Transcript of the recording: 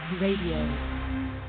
Radio